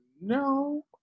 No